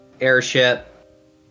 airship